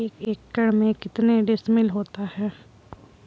एक एकड़ में कितने डिसमिल होता है?